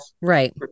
Right